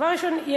דבר ראשון,